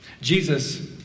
Jesus